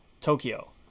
Tokyo